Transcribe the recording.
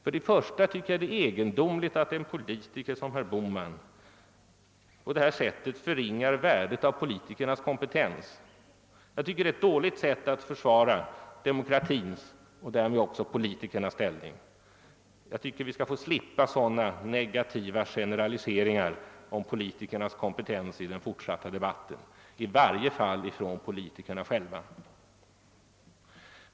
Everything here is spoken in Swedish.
För det första tycker jag att det är egen domligt att en politiker som herr Bohman på detta sätt förringar värdet av politikernas kompetens. Det är ett dåligt sätt att försvara demokratins — och därmed också politikernas — ställning. Vi bör få slippa sådana negativa generaliseringar om politikernas kompetens i den fortsatta debatten, i varje fall från politikerna själva.